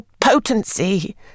potency